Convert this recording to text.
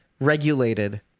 regulated